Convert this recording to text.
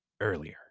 earlier